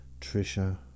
Trisha